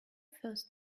first